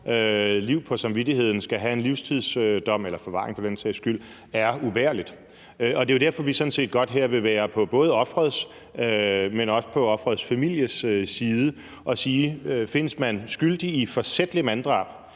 liv på samvittigheden, skal have en livstidsdom eller forvaring for den sags skyld, er ubærligt. Og det er jo derfor, at vi sådan set gerne vil være på både offerets, men også på offerets families side og sige: Findes man skyldig i forsætligt manddrab,